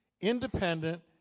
independent